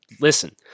listen